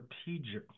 strategically